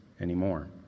anymore